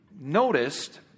noticed